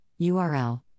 URL